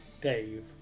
Dave